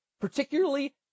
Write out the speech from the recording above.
particularly